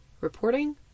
Reporting